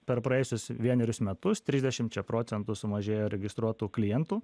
per praėjusius vienerius metus trisdešimčia procentų sumažėjo registruotų klientų